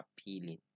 appealing